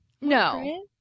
no